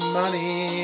money